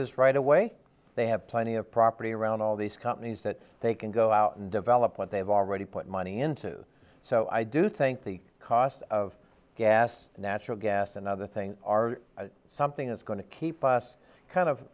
leases right away they have plenty of property around all these companies that they can go out and develop what they've already put money into so i do think the cost of gas natural gas and other things are something that's going to keep us kind of